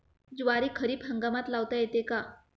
ज्वारी खरीप हंगामात लावता येते का?